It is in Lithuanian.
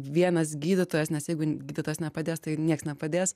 vienas gydytojas nes jeigu gydytojas nepadės tai nieks nepadės